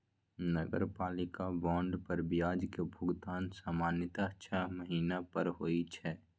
नगरपालिका बांड पर ब्याज के भुगतान सामान्यतः छह महीना पर होइ छै